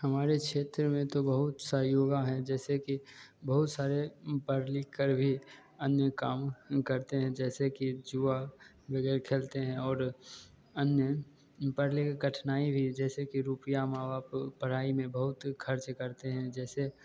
हमारे क्षेत्र तो बहुत सारे युवा हैं जैसे कि बहुत सारे पढ़ लिख कर भी अन्य काम करते हैं जैसे कि जुआ वगैरह खेलते हैं और अन्य में कठिनाई हुई जैसे कि रुपया माँ बाप पढ़ाई में बहुत खर्च करते हैं जैसे